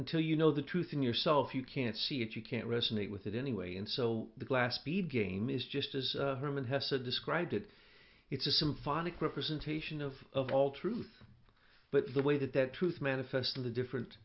until you know the truth in yourself you can't see it you can't resonate with it anyway and so the glass bead game is just as herman hesse to describe it it's a symphonic representation of all truth but the way that that truth manifest of the different